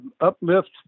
uplift